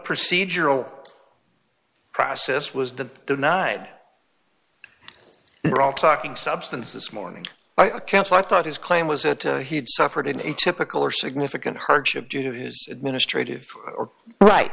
procedural process was the denied we're all talking substance this morning by chance i thought his claim was that he had suffered a typical or significant hardship due to his administrative or right